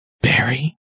Barry